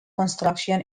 construction